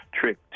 trick